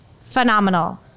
phenomenal